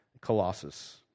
Colossus